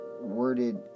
worded